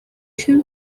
się